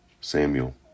Samuel